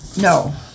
no